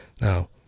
Now